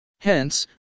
Hence